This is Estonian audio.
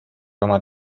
oma